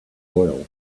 oil